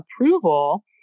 approval